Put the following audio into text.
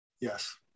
Yes